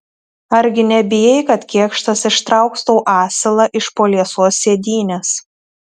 argi nebijai kad kėkštas ištrauks tau asilą iš po liesos sėdynės